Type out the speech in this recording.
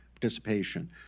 participation